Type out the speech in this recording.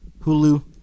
Hulu